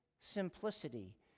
simplicity